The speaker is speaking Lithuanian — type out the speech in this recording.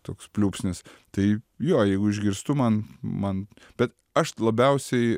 toks pliūpsnis tai jo jeigu išgirstu man man bet aš labiausiai